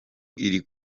iri